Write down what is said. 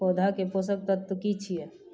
पौधा के पोषक तत्व की छिये?